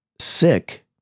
sick